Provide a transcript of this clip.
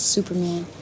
Superman